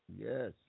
Yes